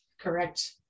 Correct